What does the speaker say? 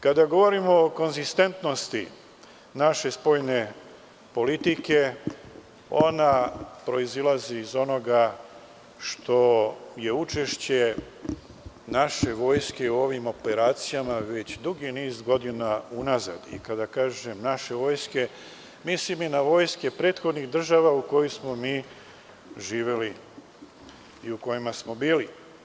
Kada govorimo o konzistentnosti naše spoljne politike ona proizilazi iz onoga što je učešće naše vojske u ovim operacijama već dugi niz godina unazad, i kada kažem naše vojske, mislim i na vojske prethodnih država u kojoj smo mi živeli i u kojima smo bili.